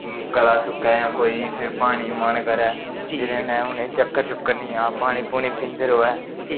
गला सुक्कै जां कोई फ्ही पानी मन करै जेह्दे नै उ'नेंगी चक्कर चुक्कर निं आ पानी पूनी पींदे रवै